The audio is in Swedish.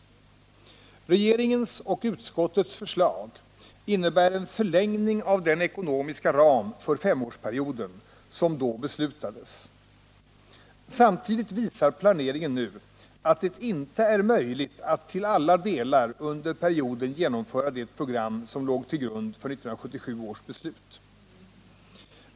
Regeringens och utskottets förslag innebär en förlängning av den ekonomiska ram för femårsperioden som då beslutades. Samtidigt visar planeringen nu, att det inte är möjligt att till alla delar under perioden genomföra det program som låg till grund för 1977 års beslut.